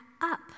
up